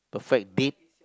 perfect date